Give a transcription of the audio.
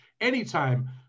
anytime